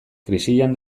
krisian